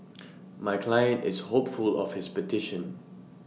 my client is hopeful of his petition